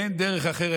אין דרך אחרת.